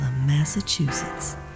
Massachusetts